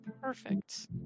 Perfect